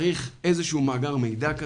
צריך איזשהו מאגר מידע,